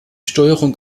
steuerung